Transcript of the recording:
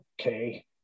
okay